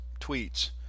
tweets